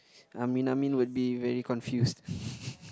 I mean I mean I would be very confused